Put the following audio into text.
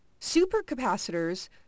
Supercapacitors